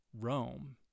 Rome